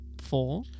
Four